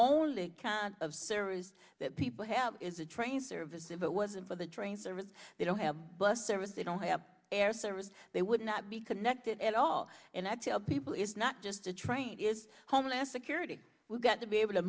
is that people have is a train service if it wasn't for the train service they don't have bus service they don't have air service they would not be connected at all and i tell people it's not just the train is homeland security we've got to be able to